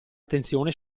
attenzione